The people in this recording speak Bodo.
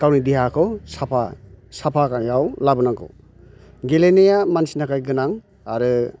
गावनि देहाखौ साफा साफायाव लाबोनांगौ गेलेनाया मानसिनि थाखाय गोनां आरो